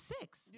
six